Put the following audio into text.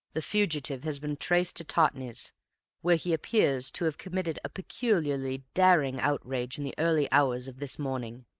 the fugitive has been traced to totnes, where he appears to have committed a peculiarly daring outrage in the early hours of this morning.